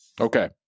okay